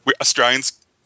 Australians